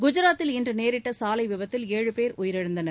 குஜராத்தில் இன்று நேரிட்ட சாலை விபத்தில் ஏழு பேர் உயிரிழந்தனர்